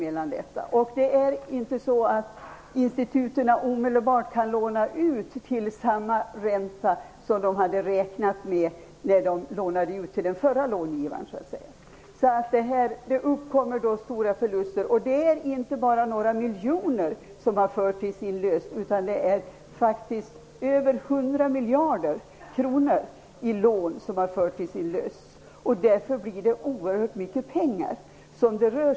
Instituten kan inte omedelbart låna ut till samma ränta som de hade räknat med när de lånade ut till den förra långivaren så att säga. Det uppkommer då stora förluster. Det är inte lån på några miljoner kronor som har förtidsinlösts, utan det är faktiskt lån på mer än 100 miljarder kronor som har förtidsinlösts. Därför rör det sig om oerhört mycket pengar.